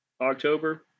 October